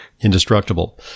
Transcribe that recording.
indestructible